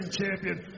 Champion